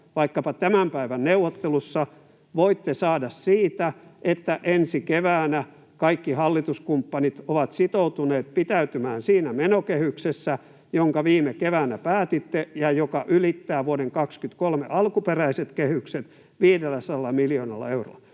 vaikkapa tämän päivän neuvottelussa, voitte saada siitä, että ensi keväänä kaikki hallituskumppanit ovat sitoutuneet pitäytymään siinä menokehyksessä, jonka viime keväänä päätitte ja joka ylittää vuoden 23 alkuperäiset kehykset 500 miljoonalla eurolla?